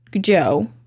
joe